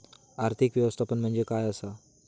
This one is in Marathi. आर्थिक व्यवस्थापन म्हणजे काय असा?